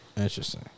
Interesting